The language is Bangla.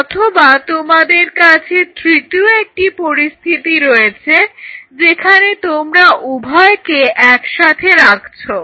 অথবা তোমাদের কাছে তৃতীয় একটি পরিস্থিতি রয়েছে যেখানে তোমরা উভয়কে একসাথে রাখছো